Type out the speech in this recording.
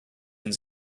and